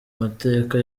mateka